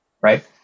right